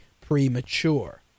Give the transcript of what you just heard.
premature